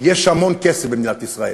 יש המון כסף במדינת ישראל.